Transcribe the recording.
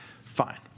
Fine